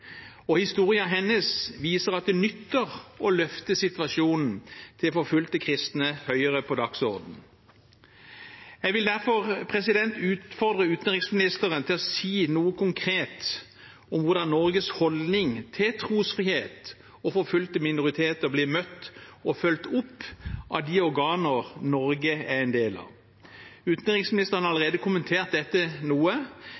hennes viser at det nytter å løfte situasjonen til forfulgte kristne høyere på dagsordenen. Jeg vil derfor utfordre utenriksministeren til å si noe konkret om hvordan Norges holdning til trosfrihet og forfulgte minoriteter blir møtt og fulgt opp av de organer Norge er en del av. Utenriksministeren har allerede kommentert dette noe,